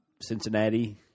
Cincinnati